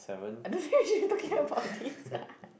I don't care she is talking about this ah